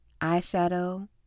eyeshadow